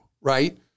right